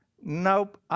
Nope